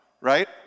right